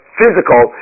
physical